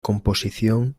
composición